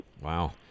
wow